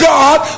God